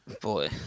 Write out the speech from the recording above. Boy